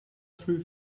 through